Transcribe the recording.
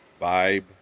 vibe